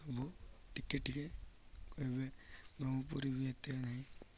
ସବୁ ଟିକେ ଟିକେ କହିବେ ବ୍ରହ୍ମପୁରୀ ର ବି ଏତେ ନାହିଁ